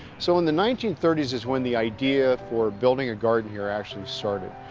so in the nineteen thirty s is when the idea for building a garden here actually started.